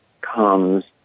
comes